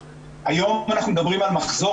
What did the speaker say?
היום אנחנו מדברים על מחזור,